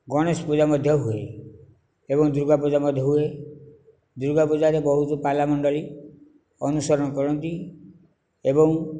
ଗଣେଶ ପୂଜା ମଧ୍ୟ ହୁଏ ଏବଂ ଦୁର୍ଗା ପୂଜା ମଧ୍ୟ ହୁଏ ଦୁର୍ଗା ପୂଜାରେ ବହୁତ ପାଲା ମଣ୍ଡଳୀ ଅନୁସରଣ କରନ୍ତି ଏବଂ